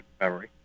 memory